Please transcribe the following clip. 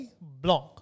Blanc